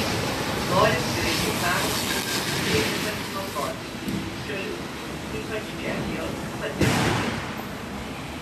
norint greitų permainų reikia pasinaudoti kitų šalių ypač čekijos patirtimi